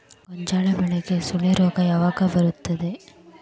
ಗೋಂಜಾಳ ಬೆಳೆಗೆ ಸುಳಿ ರೋಗ ಯಾವಾಗ ಬರುತ್ತದೆ?